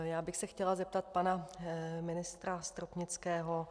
Já bych se chtěla zeptat pana ministra Stropnického.